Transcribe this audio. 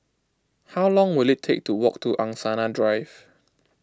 how long will it take to walk to Angsana Drive